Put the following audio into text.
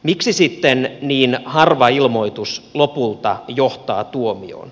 miksi sitten niin harva ilmoitus lopulta johtaa tuomioon